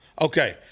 Okay